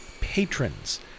patrons